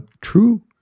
true